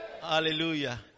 Hallelujah